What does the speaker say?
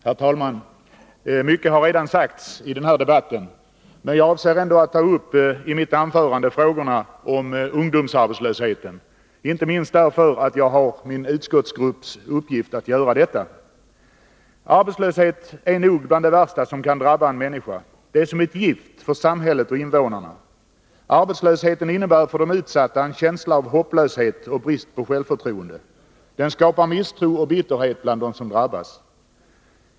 Herr talman! Mycket har redan sagts i den här debatten, men jag avser ändå att i mitt anförande ta upp frågorna om ungdomsarbetslösheten, inte minst därför att jag har fått i uppgift av min utskottsgrupp att göra det. Arbetslöshet är nog bland det värsta som kan drabba en människa. Det är som ett gift för samhället och invånarna. Arbetslösheten innebär för de utsatta en känsla av hopplöshet och brist på självförtroende. Den skapar misstro och bitterhet bland dem som drabbas.